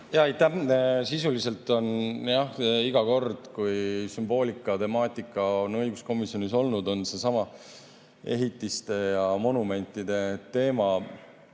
Aitäh! Sisuliselt on jah iga kord, kui sümboolika temaatika on õiguskomisjonis olnud, seesama ehitiste ja monumentide teema